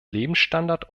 lebensstandard